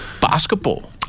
basketball